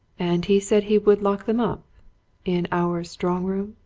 and he said he would lock them up in our strong room?